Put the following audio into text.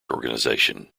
organization